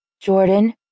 Jordan